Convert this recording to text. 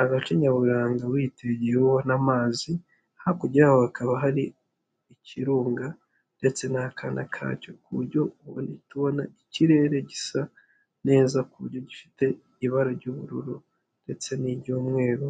Agace nyaburanga witegeye aho uba ubona amazi, hakurya yaho hakaba hari ikirunga ndetse n'akana kacyo ku buryo uhita ubona ikirere gisa neza ku buryo gifite ibara ry'ubururu ndetse n'iry'umweru,